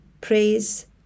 praise